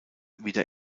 wieder